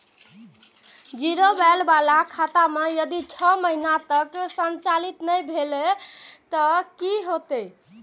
Zero balance बाला खाता में यदि छः महीना तक संचालित नहीं भेल ते कि होयत?